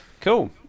cool